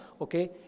okay